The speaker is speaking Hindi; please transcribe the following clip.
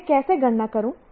अब मैं कैसे गणना करूँ